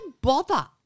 bother